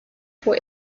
for